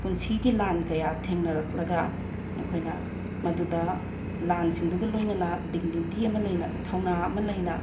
ꯄꯨꯟꯁꯤꯒꯤ ꯂꯥꯟ ꯀꯌꯥ ꯊꯦꯡꯅꯔꯛꯂꯒ ꯑꯩꯈꯣꯏꯅ ꯃꯗꯨꯗ ꯂꯥꯟꯁꯤꯡꯗꯨꯒ ꯂꯣꯏꯅꯅ ꯗꯤꯛꯅꯤꯇꯤ ꯑꯃ ꯂꯩꯅ ꯊꯧꯅꯥ ꯑꯃ ꯂꯩꯅ